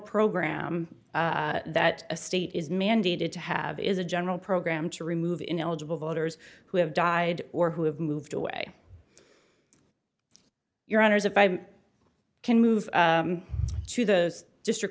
program that a state is mandated to have is a general program to remove ineligible voters who have died or who have moved away your honour's if i can move to the district